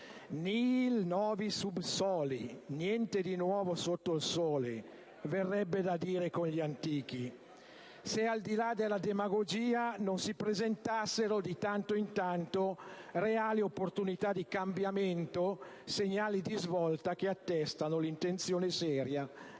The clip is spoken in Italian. *Nihil novi sub soli*, niente di nuovo sotto il sole, verrebbe da dire con gli antichi se, al di là della demagogia, non si presentassero, di tanto in tanto, reali opportunità di cambiamento, segnali di svolta che attestino l'intenzione seria